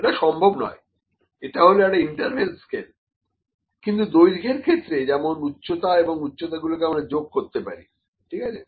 এটা সম্ভব নয় এটা হল একটা ইন্টারভেল স্কেল কিন্তু দৈর্ঘ্যের ক্ষেত্রে যেমন উচ্চতা এবং উচ্চতা গুলোকে আমরা যোগ করতে পারি ঠিক আছে